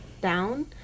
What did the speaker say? down